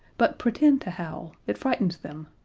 but pretend to howl it frightens them.